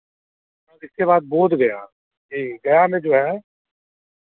बस इसके बाद बोधगया जी गया में जो है